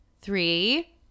Three